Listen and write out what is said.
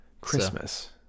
Christmas